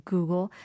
Google